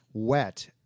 wet